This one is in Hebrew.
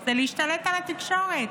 זה להשתלט על התקשורת.